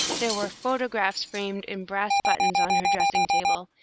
there were photographs framed in brass buttons on her dressing-table,